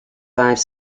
five